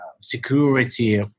security